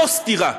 זו סתירה.